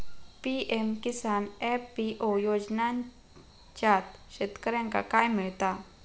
PM Kisan FPO योजनाच्यात शेतकऱ्यांका काय मिळता?